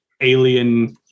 alien